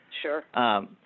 Sure